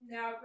Now